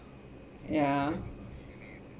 ya